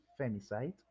femicide